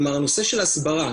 כלומר הנושא של הסברה,